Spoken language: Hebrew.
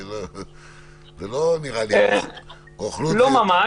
זה נראה לי --- לא ממש.